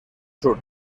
sur